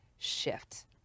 shift